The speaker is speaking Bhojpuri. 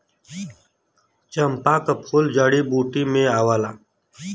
चंपा क फूल जड़ी बूटी में आवला